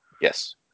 Yes